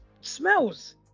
smells